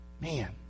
man